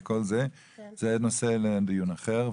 זה נושא לדיון אחר,